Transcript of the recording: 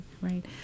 right